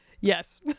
yes